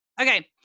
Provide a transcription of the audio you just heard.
Okay